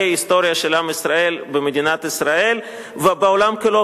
ההיסטוריה של עם ישראל במדינת ישראל ובעולם כולו.